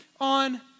on